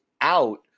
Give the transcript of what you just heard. out